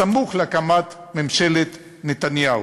בסמוך להקמת ממשלת נתניהו.